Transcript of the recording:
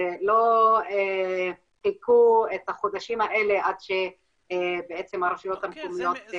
לא חיכו את החודשים האלה עד שהרשויות המקומיות פרסמו את המכרזים.